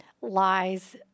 lies